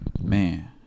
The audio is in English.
man